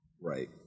right